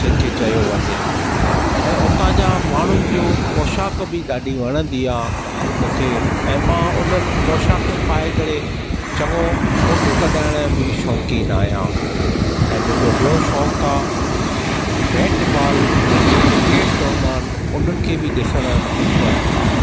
जिनि खे चयो वञे ऐं जा माण्हुनि जो पोशाक बि ॾाढी वणंदी आहे मूंखे ऐं मां हुननि पोशाकूं पाए करे फ़ोटू कढाइणु जो बि शौक़ीन आहियां ऐं मुंहिंजो बि॒यो शौक़ु आ बैट बॉल जंहिं खे क्रिकेट चवंदा आहिनि हुननि खे बि मूंखे ॾिसण जो मुंखे शौक़ु आहे